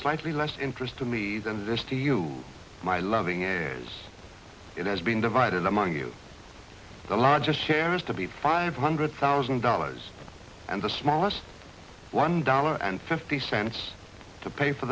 slightly less interest to me than this to you my loving heirs it has been divided among you the largest share is to be five hundred thousand dollars and the smallest one dollar and fifty cents to pay for